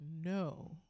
no